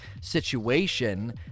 situation